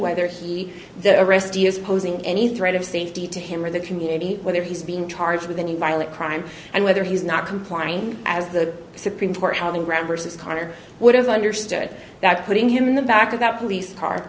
whether he the arrestee is posing any threat of safety to him or the community whether he's being charged with any violent crime and whether he's not complying as the supreme court having grant versus connor would have understood that putting him in the back of that police car